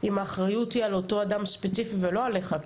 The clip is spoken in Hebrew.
אם האחריות היא על אותו אדם ספציפי ולא עליך.